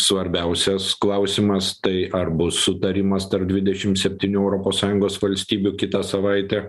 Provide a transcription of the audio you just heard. svarbiausias klausimas tai ar bus sutarimas tarp dvidešim septynių europos sąjungos valstybių kitą savaitę